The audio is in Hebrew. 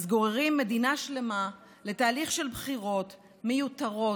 אז גוררים מדינה שלמה לתהליך של בחירות מיותרות,